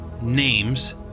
names